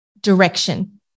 direction